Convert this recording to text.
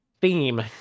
Theme